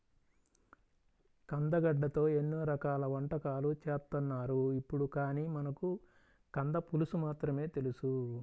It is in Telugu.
కందగడ్డతో ఎన్నో రకాల వంటకాలు చేత్తన్నారు ఇప్పుడు, కానీ మనకు కంద పులుసు మాత్రమే తెలుసు